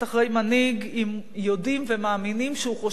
אם הם יודעים ומאמינים שהוא חושב מתוך